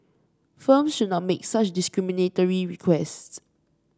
firms should not make such discriminatory requests